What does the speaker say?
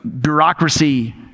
bureaucracy